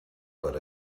but